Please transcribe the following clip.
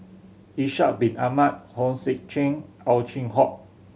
Ishak Bin Ahmad Hong Sek Chern Ow Chin Hock